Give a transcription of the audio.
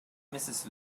mrs